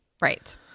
Right